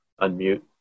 unmute